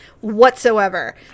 whatsoever